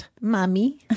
Mommy